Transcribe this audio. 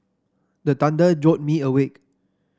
the thunder jolt me awake